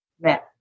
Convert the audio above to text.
met